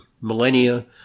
millennia